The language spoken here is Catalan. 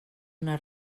una